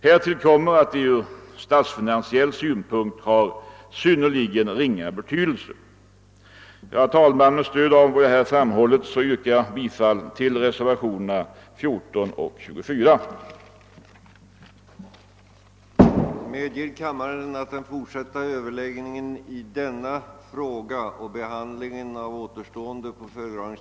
Härtill kommer att den ur statsfinansiell synpunkt har synnerligen ringa betydelse. Herr talman! Med stöd av vad jag här framhållit yrkar jag bifall till reservationerna 14 och 24. Undertecknad anhåller härmed om ledighet från riksdagsarbetet under tiden 15—19 samt 25—28 maj 1970 på grund av utlandsresor.